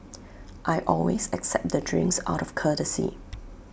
I always accept the drinks out of courtesy